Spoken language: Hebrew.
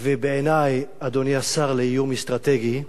בעיני, אדוני השר לאיום אסטרטגי,